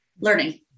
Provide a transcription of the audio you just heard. learning